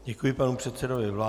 Děkuji panu předsedovi vlády.